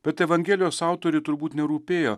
bet evangelijos autoriui turbūt nerūpėjo